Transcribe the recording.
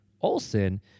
Olson